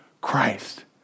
Christ